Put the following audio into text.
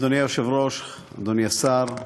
אדוני היושב-ראש, אדוני השר,